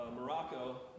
Morocco